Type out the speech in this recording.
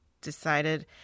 decided